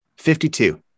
52